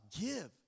give